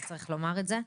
וצריך לומר את זה.